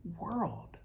world